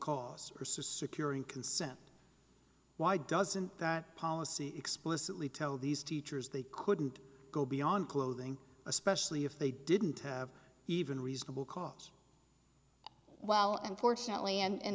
or securing consent why doesn't that policy explicitly tell these teachers they couldn't go beyond clothing especially if they didn't have even reasonable cause well and fortunately and in